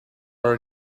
our